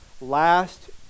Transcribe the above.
last